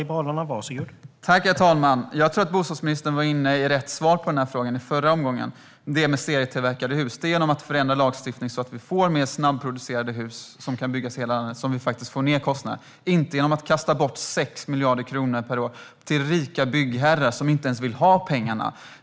Herr talman! Jag tror att bostadsministern var inne på rätt svar på den här frågan när han talade om serietillverkade hus förut. Det är genom att förändra lagstiftningen, så att vi får mer snabbproducerade hus, som vi får ned kostnaden - inte genom att kasta bort 6 miljarder kronor per år till rika byggherrar som inte ens vill ha pengarna.